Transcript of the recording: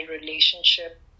relationship